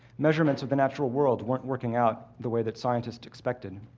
measurements of the natural world weren't working out the way that scientists expected.